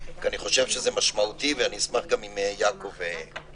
כי אני חושב שזה משמעותי ואני אשמח אם גם יעקב ישמע.